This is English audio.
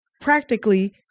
practically